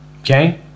Okay